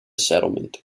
settlement